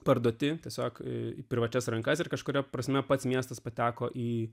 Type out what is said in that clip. parduoti tiesiog į privačias rankas ir kažkuria prasme pats miestas pateko į